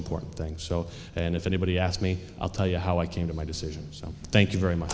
important thing so and if anybody ask me i'll tell you how i came to my decisions thank you very much